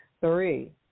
Three